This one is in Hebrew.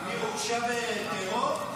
עמיר הורשע בטרור?